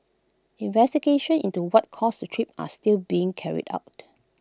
investigations into what caused the trip are still being carried out